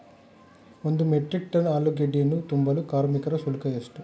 ಒಂದು metric ton ಆಲೂಗೆಡ್ಡೆಯನ್ನು ತುಂಬಲು ಕಾರ್ಮಿಕರ ಶುಲ್ಕ ಎಷ್ಟು?